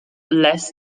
less